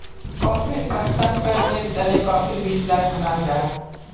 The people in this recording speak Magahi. कॉफ़ीर प्रशंकरनेर तने काफिर बीज लाक भुनाल जाहा